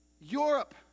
Europe